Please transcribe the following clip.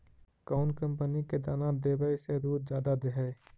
कौन कंपनी के दाना देबए से दुध जादा दे है?